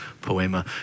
poema